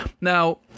Now